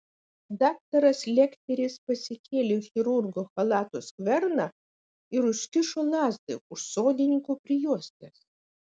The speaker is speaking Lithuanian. daktaras lekteris pasikėlė chirurgo chalato skverną ir užkišo lazdą už sodininko prijuostės